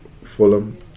Fulham